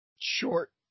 short